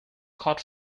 caught